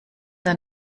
der